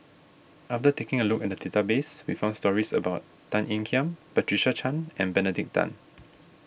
after taking a look at the database we found stories about Tan Ean Kiam Patricia Chan and Benedict Tan